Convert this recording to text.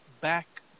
back